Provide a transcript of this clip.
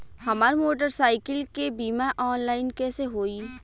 हमार मोटर साईकीलके बीमा ऑनलाइन कैसे होई?